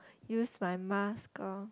use my mask lor